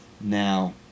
Now